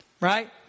right